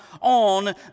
on